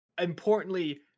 importantly